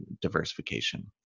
diversification